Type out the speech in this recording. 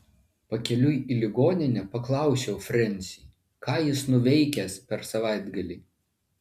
pakeliui į ligoninę paklausiau frensį ką jis nuveikęs per savaitgalį